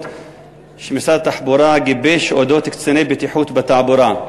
שמשרד התחבורה גיבש לעניין קציני בטיחות בתעבורה.